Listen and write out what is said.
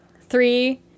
Three